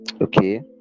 Okay